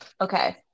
okay